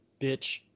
bitch